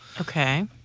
Okay